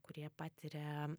kurie patiria